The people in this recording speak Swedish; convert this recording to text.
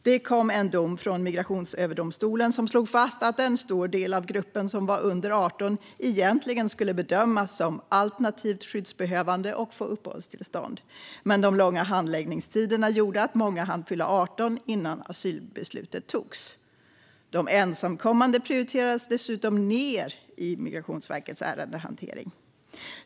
Det kom en dom från Migrationsöverdomstolen som slog fast att en stor del av gruppen som var under 18 egentligen skulle bedömas som alternativt skyddsbehövande och få uppehållstillstånd. Men de långa handläggningstiderna gjorde att många hann fylla 18 innan asylbeslutet togs. De ensamkommande prioriterades dessutom ned i Migrationsverkets ärendehantering.